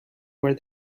where